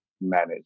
manage